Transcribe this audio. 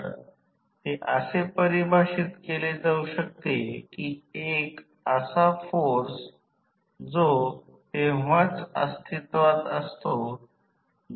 तर याचा अर्थ असा की हे एक सोप सर्किट असेल साधी मालिका सर्किट